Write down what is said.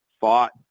fought